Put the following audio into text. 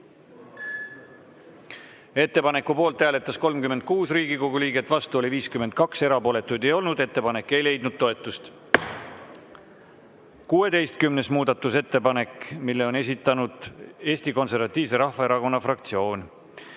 Ettepaneku poolt hääletas 32 Riigikogu liiget, vastu oli 51, erapooletuid ei olnud. Ettepanek ei leidnud toetust.25. muudatusettepanek. Selle on esitanud Eesti Keskerakonna fraktsioon.